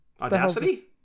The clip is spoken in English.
Audacity